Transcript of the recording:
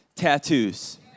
tattoos